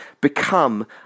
become